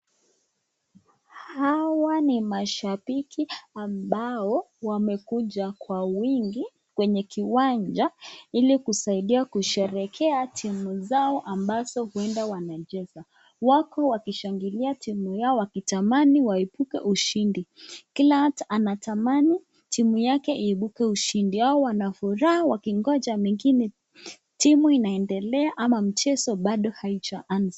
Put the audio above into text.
Hawa ni mashabiki ambao wamekuja kwa wingi kwenye kiwanja ili kusaidia kusherehekea timu zao ambazo huenda wanacheza. Wako wakishangilia timu yao wakitamani waepuka ushindi. Kila mtu anatamani timu ya iibuke ushindi. Hao wanafuraha wakingoja wengine. Timu inaendelea ama mchezo bado mchezo haijaanza.